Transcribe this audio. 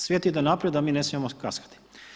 Svijet ide naprijed, a mi ne smijemo kaskati.